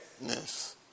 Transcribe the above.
Yes